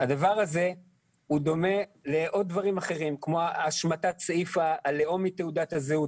הדבר הזה דומה לעוד דברים אחרים כמו השמטת סעיף הלאום מתעודת הזהות,